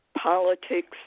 politics